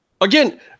Again